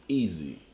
easy